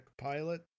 Pilot